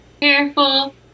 careful